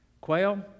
Quail